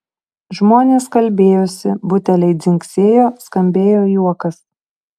žmonės kalbėjosi buteliai dzingsėjo skambėjo juokas